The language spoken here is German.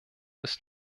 ist